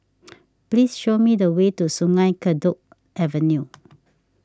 please show me the way to Sungei Kadut Avenue